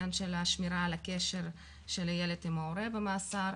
עניין של שמירה על הקשר של הילד עם ההורה שבמאסר.